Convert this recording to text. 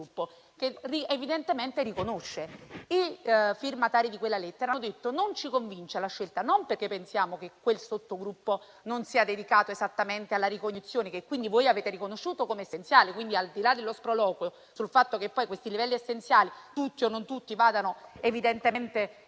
che evidentemente riconosce. I firmatari di quella lettera hanno detto che la scelta non li convince e non perché pensino che quel sottogruppo non sia dedicato esattamente alla ricognizione, che quindi voi avete riconosciuto come essenziale. Al di là dello sproloquio sul fatto che poi questi livelli essenziali, tutti o non tutti, vadano evidentemente individuati,